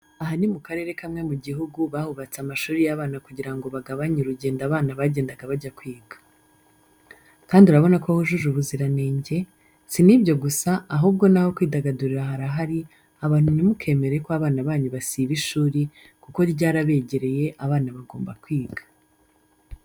Aha ni mu karere kamwe mu gihugu bahubatse amashuri y'abana kugira ngo bagabanye urugendo abana bagendaga bajya kwiga. Kandi urabona ko hujuje ubuziranenge, si n'ibyo gusa ahubwo n'aho kwidagadurira harahari abantu ntimukemere ko abana banyu basiba ishuri kuko ryarabegereye abana bagomba kwiga.